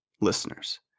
listeners